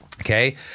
Okay